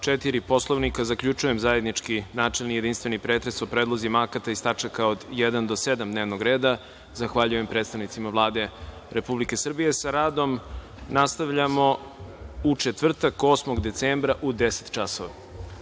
4. Poslovnika, zaključujem zajednički načelni i jedinstveni pretres o predlozima akata iz tačaka od 1-7 dnevnog reda. Zahvaljujem predstavnicima Vlade Republike Srbije. Sa radom nastavljamo u četvrtak, 8. decembra, u 10.00